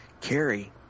Carrie